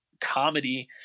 comedy